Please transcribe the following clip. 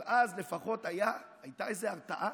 אבל אז לפחות הייתה איזו הרתעה,